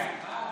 אחד?